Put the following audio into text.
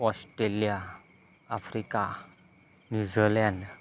Australia Africa New Zealand